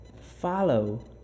follow